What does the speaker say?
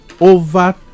over